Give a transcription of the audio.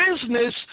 business